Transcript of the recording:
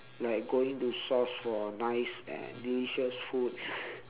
like going to source for nice and delicious food